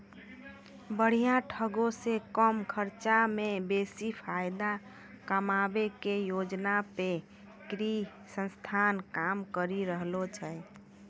बढ़िया ढंगो से कम खर्चा मे बेसी फायदा कमाबै के योजना पे कृषि संस्थान काम करि रहलो छै